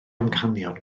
amcanion